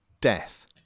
Death